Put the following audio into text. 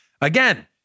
Again